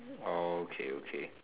oh okay okay